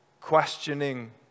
Questioning